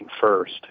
first